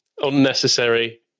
Unnecessary